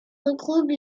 regroupe